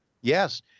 Yes